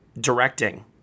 directing